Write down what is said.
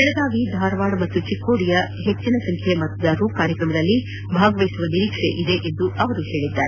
ಬೆಳಗಾವಿ ಧಾರವಾಡ ಹಾಗೂ ಚಿಕ್ಕೋಡಿಯ ಹೆಚ್ಚಿನ ಸಂಖ್ಯೆಯ ಮತದಾರರು ಕಾರ್ಯಕ್ರಮದಲ್ಲಿ ಭಾಗವಹಿಸುವ ನಿರೀಕ್ಷೆ ಇದೆ ಎಂದು ಅವರು ಹೇಳಿದ್ದಾರೆ